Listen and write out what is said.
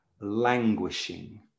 Languishing